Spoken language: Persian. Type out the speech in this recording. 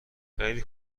خیلی